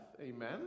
Amen